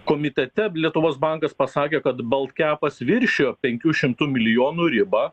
komitete lietuvos bankas pasakė kad baltkepas viršijo penkių šimtų milijonų ribą